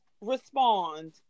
respond